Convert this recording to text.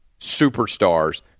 superstars